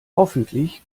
hoffentlich